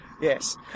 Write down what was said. yes